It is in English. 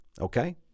okay